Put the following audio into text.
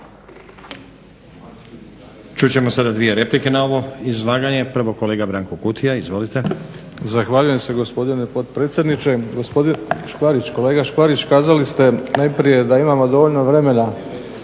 Čut ćemo sada dvije replike na ovo izlaganje. Prvo kolega Branko Kutija, izvolite. **Kutija, Branko (HDZ)** Zahvaljujem se gospodine predsjedniče. Gospodin Škvarić, kolega Škvarić kazali ste najprije da imamo dovoljno vremena